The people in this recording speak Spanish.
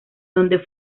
donde